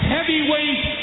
Heavyweight